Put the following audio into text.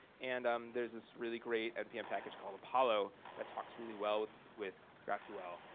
and there's this really great npm package called apollo that talks really well with with graphql.